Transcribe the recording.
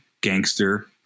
gangster